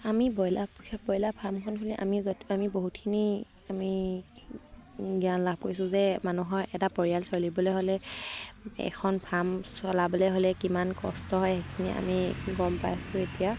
আমি broiler broiler ফাৰ্মখনখিনি আমি আমি বহুতখিনি আমি জ্ঞান লাভ কৰিছোঁ যে মানুহৰ এটা পৰিয়াল চলিবলৈ হ'লে এখন ফাৰ্ম চলাবলৈ হ'লে কিমান কষ্ট হয় সেইখিনি আমি গম পাই আছো এতিয়া